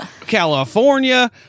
California